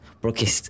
porque